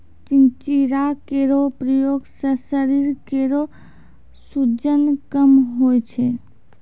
चिंचिड़ा केरो प्रयोग सें शरीर केरो सूजन कम होय छै